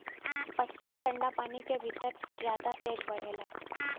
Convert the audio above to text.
पटसन ठंडा पानी के भितर जादा तेज बढ़ेला